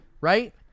Right